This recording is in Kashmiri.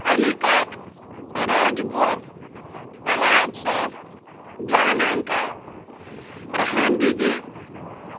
علی کاک راجہِ بوبہٕ وٮ۪لایت صٲب جانہٕ انکل ریٚحان دیدی